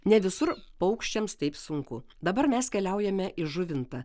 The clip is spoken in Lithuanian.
ne visur paukščiams taip sunku dabar mes keliaujame į žuvintą